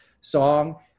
song